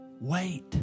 wait